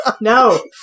No